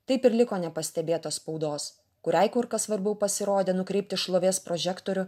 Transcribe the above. taip ir liko nepastebėtas spaudos kuriai kur kas svarbiau pasirodė nukreipti šlovės prožektorių